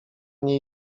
nie